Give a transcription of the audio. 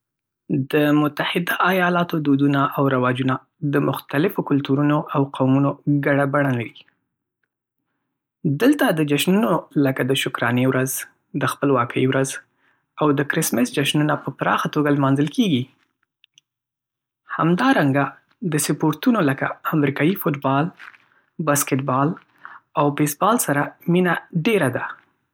د متحده ایالاتو دودونه او رواجونه د مختلفو کلتورونو او قومونو ګډه بڼه لري. دلته د جشنونو لکه د شکرانې ورځ، د خپلواکۍ ورځ، او د کرسمس جشنونه په پراخه توګه لمانځل کېږي. همدارنګه، د سپورټونو لکه امریکایي فوټبال، بسکتبال، او بیسبال سره مینه ډېره ده.